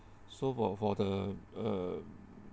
so for for the uh